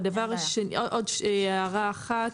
עוד הערה אחת,